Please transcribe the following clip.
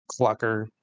clucker